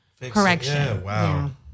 correction